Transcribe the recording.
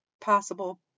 possible